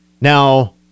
Now